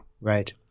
Right